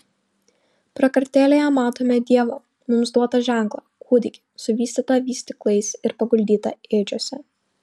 prakartėlėje matome dievo mums duotą ženklą kūdikį suvystytą vystyklais ir paguldytą ėdžiose